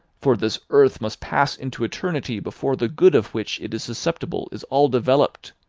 for this earth must pass into eternity before the good of which it is susceptible is all developed.